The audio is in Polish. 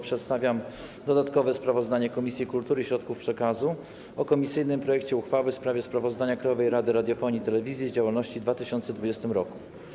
Przedstawiam dodatkowe sprawozdanie Komisji Kultury i Środków Przekazu o komisyjnym projekcie uchwały w sprawie sprawozdania Krajowej Rady Radiofonii i Telewizji z działalności w 2020 r.